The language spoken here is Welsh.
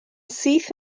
syth